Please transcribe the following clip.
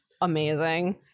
amazing